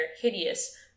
hideous